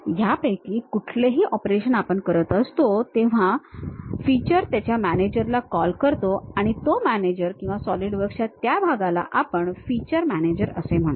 ह्यापैकी कुठलेही ऑपरेशन आपण करत असतो तेव्हा feature त्याच्या manager ला कॉल करतो आणि तो manager किंवा सॉलिडवर्कच्या त्या भागाला आपण feature manager असे म्हणतो